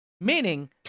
meaning